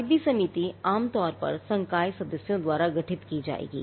IP समिति आमतौर पर संकाय सदस्यों द्वारा गठित की जाएगी